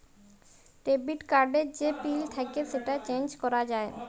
debit card এর যে pin থাক্যে সেটা চেঞ্জ ক্যরা যায়